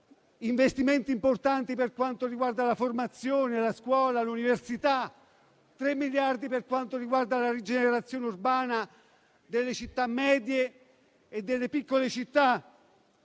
investimenti importanti per quanto riguarda la formazione, la scuola e l'università e tre miliardi per quanto riguarda la rigenerazione urbana delle città medie e delle piccole città.